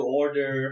order